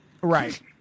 Right